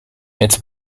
its